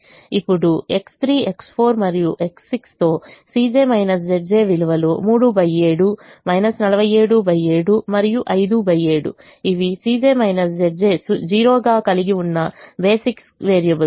ఇప్పుడు X3 X4 మరియు X6 తో విలువలు 37 477 మరియు 57ఇవి 0 గా కలిగి ఉన్న బేసిక్ వేరియబుల్స్